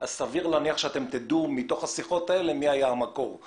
אז סביר להניח שמתוך השיחות האלה אפשר יהיה לדעת מי היה מקור.